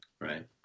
Right